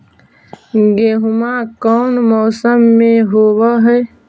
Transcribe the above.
गेहूमा कौन मौसम में होब है?